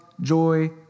joy